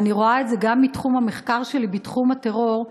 ואני רואה את זה גם בתחום המחקר שלי, תחום הטרור.